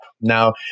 now